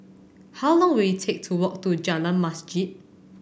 how long will it take to walk to Jalan Masjid